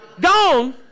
Gone